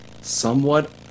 somewhat